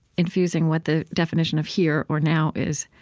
infusing what the definition of here or now is.